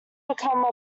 become